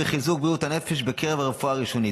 מחיזוק בריאות הנפש בקרב הרפואה הראשונית,